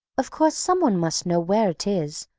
of course someone must know where it is,